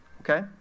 okay